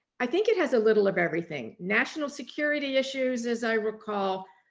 i think it has a little of everything. national security issues as i recall,